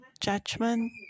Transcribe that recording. judgment